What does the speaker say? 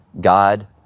God